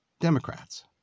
Democrats